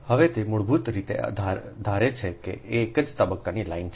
હવે તે મૂળભૂત રીતે ધારે છે કે તે એક જ તબક્કાની લાઇન છે